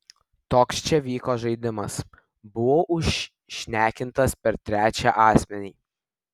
toks čia vyko žaidimas buvau užšnekinta per trečią asmenį